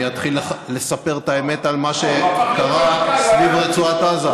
אני אתחיל לספר את האמת על מה שקרה סביב רצועת עזה.